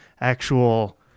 actual